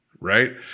right